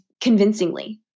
convincingly